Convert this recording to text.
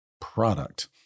product